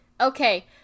okay